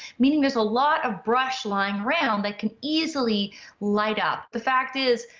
meaning there's a lot of brush lying around that can easily light up. the fact is,